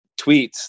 tweets